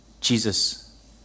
Jesus